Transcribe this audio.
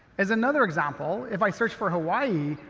as another example if i search for hawaii,